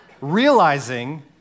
realizing